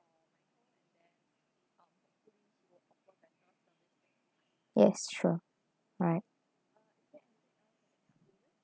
yes sure alright